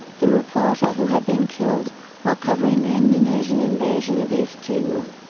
the reporter who had been killed while covering the indonesian invasion of east timor.